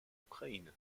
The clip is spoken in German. ukraine